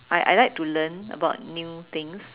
I I like to learn about new things